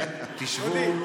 תשבו,